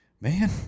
man